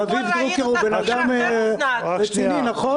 רביב דרוקר הוא בן אדם רציני, נכון?